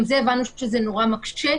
גם זה הבנו שזה נורא מקשה.